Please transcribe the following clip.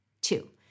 Two